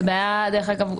דרך אגב,